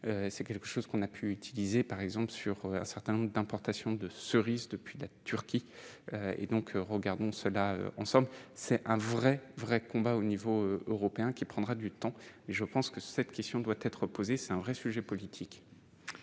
c'est quelque chose qu'on a pu utiliser par exemple sur un certain nombre d'importation de cerises depuis la Turquie et donc regardons cela en somme, c'est un vrai vrai combat au niveau européen qui prendra du temps et je pense que cette question doit être posée, c'est un vrai sujet politique.